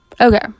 okay